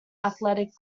athletic